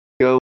go